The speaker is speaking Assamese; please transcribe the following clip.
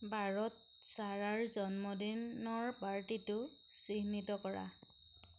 বাৰত ছাৰাৰ জন্মদিনৰ পাৰ্টিটো চিহ্নিত কৰা